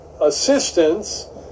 assistance